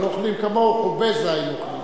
אכלנו כמוהו, חוביזה אכלנו.